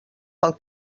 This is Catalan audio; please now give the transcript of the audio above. pel